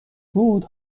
بود